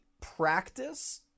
practice